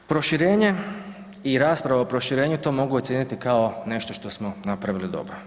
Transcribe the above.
Proširenje i rasprava o proširenju to mogu ocijeniti kao nešto što napravili dobro.